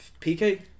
PK